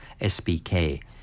sbk